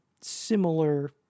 similar